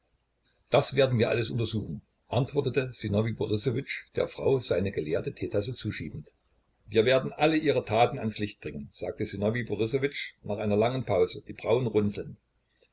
das werden wir alles untersuchen antwortete sinowij borissowitsch der frau seine geleerte teetasse zuschiebend wir werden alle ihre taten ans licht bringen sagte sinowij borissowitsch nach einer langen pause die brauen runzelnd